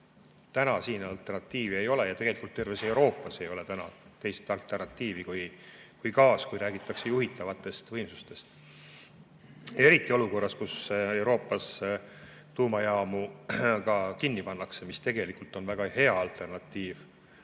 Täna muud alternatiivi ei ole ja tegelikult terves Euroopas ei ole täna teist alternatiivi kui gaas, kui räägitakse juhitavatest võimsustest. Seda eriti olukorras, kus Euroopas pannakse kinni ka tuumajaamu, mis tegelikult on väga hea alternatiiv